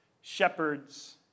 shepherds